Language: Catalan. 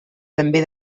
també